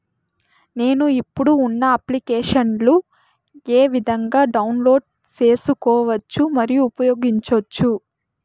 నేను, ఇప్పుడు ఉన్న అప్లికేషన్లు ఏ విధంగా డౌన్లోడ్ సేసుకోవచ్చు మరియు ఉపయోగించొచ్చు?